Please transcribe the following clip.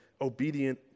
obedient